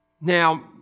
Now